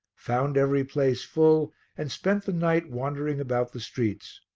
found every place full and spent the night wandering about the streets.